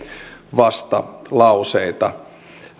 vastalauseita